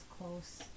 close